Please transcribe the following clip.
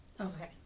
okay